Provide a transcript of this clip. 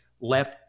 left